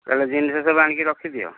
ତା'ହେଲେ ଜିନିଷ ସବୁ ଆଣିକି ରଖିଦିଅ